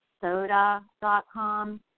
Soda.com